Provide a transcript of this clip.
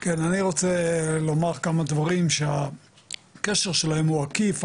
אני רוצה לומר כמה דברים שהקשר שלהם הוא עקיף,